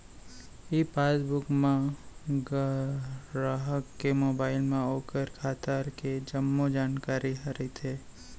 ई passbook म गराहक के मोबाइल म ओकर खाता के जम्मो जानकारी ह रइथे